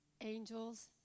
angels